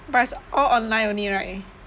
but it's all online only right